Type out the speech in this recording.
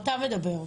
אתה מדבר.